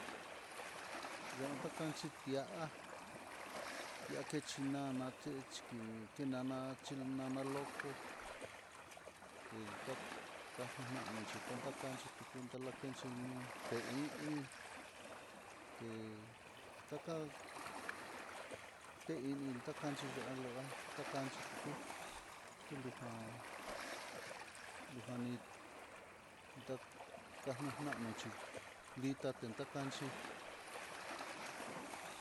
Yan takachí ti'á tiake chinana ken chike tinana xhinana loko, telta kanano xhic a kanchitu kutalanchi nuu té ini té ta te ini takanxhi ya'a lo'a takanchí tuku telujan lujan ni ndakana nanoxhi litaten takanchí.